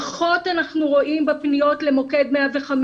פחות אנחנו רואים בפניות למוקד 105,